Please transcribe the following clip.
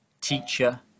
teacher